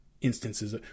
instances